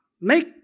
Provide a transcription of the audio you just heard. Make